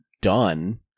done